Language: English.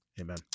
Amen